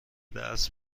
درس